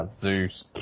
Zeus